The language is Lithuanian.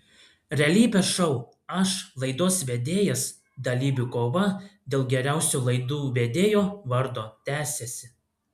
realybės šou aš laidos vedėjas dalyvių kova dėl geriausio laidų vedėjo vardo tęsiasi